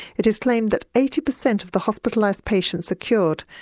it is claimed that eighty percent of the hospitalised patients are cured,